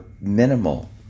minimal